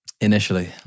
Initially